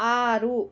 ಆರು